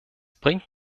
bringt